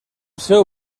seu